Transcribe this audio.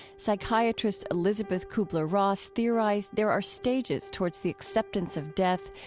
psychiatrist elisabeth kubler-ross theorized there are stages towards the acceptance of death.